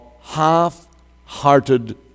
half-hearted